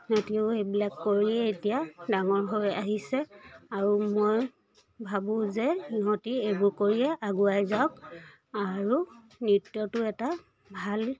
সিহঁতিও এইবিলাক কৰিয়ে এতিয়া ডাঙৰ হৈ আহিছে আৰু মই ভাবোঁ যে সিহঁতি এইবোৰ কৰিয়ে আগুৱাই যাওক আৰু নৃত্যটো এটা ভাল